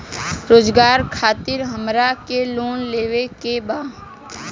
रोजगार खातीर हमरा के लोन लेवे के बा?